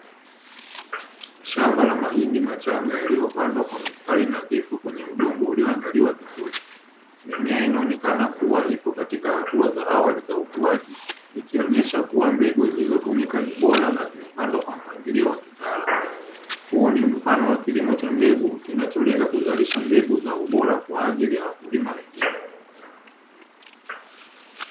Shamba la mahindi machanga yaliopandwa kwa mistari nadhifu kwenye udongo ulioandaliwa vizuri. Mimea inaonekana kuwa ipo katika hatua za awali za ukuaji, ikionyesha kuwa mbegu zilizotumika ni bora na zimepandwa kwa mpangilio wa kitaalmu. Huu ni mfano wa kilimo cha mbegu kinacholenga kuzalisha mbegu za ubora kwa ajili ya wakulima wengine.